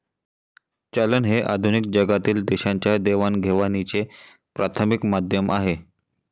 चलन हे आधुनिक जगातील देशांच्या देवाणघेवाणीचे प्राथमिक माध्यम आहे